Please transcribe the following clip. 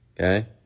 okay